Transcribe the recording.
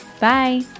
Bye